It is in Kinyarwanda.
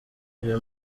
uyu